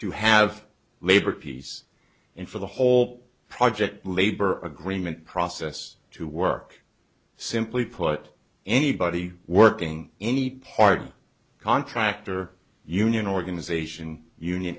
to have labor peace and for the whole project labor agreement process to work simply put anybody working any part contract or union organization union